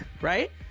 Right